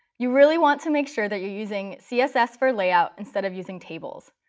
you really want to make sure that you're using css for layout instead of using tables.